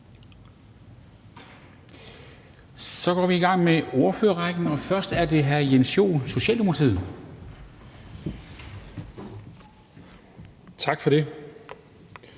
Så går vi i gang med ordførerrækken, og det er først hr. Jens Joel, Socialdemokratiet. Kl.